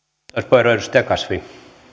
arvoisa